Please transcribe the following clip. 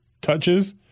touches